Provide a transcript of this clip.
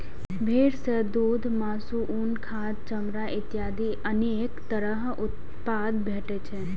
भेड़ सं दूघ, मासु, उन, खाद, चमड़ा इत्यादि अनेक तरह उत्पाद भेटै छै